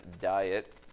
diet